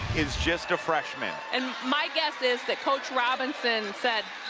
is just a freshman. and my guess is that coach robinson said,